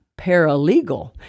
paralegal